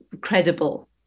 credible